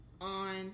on